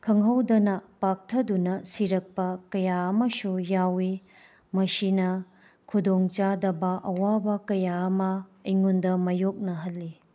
ꯈꯪꯍꯧꯗꯅ ꯄꯥꯛꯊꯗꯨꯅ ꯁꯤꯔꯛꯄ ꯀꯌꯥ ꯑꯃꯁꯨ ꯌꯥꯎꯋꯤ ꯃꯁꯤꯅ ꯈꯨꯗꯣꯡ ꯆꯥꯗꯕ ꯑꯋꯥꯕ ꯀꯌꯥ ꯑꯃ ꯑꯩꯉꯣꯟꯗ ꯃꯥꯏꯌꯣꯛꯅꯍꯟꯂꯤ